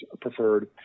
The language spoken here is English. preferred